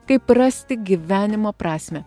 kaip rasti gyvenimo prasmę